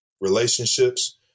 relationships